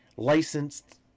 Licensed